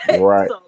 right